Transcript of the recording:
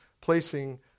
placing